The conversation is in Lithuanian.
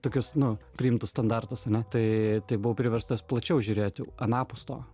tokius nu priimtus standartus ane tai buvau priverstas plačiau žiūrėti anapus to